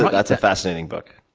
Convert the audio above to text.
that's a fascinating book.